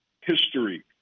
history